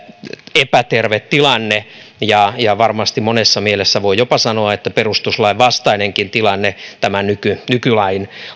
epäterve tilanne ja ja varmasti monessa mielessä voi jopa sanoa että perustuslain vastainenkin tämä nykylain